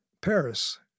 Paris